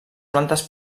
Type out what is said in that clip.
plantes